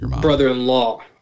brother-in-law